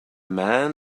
man